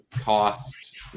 cost